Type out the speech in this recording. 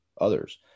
others